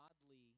godly